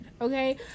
Okay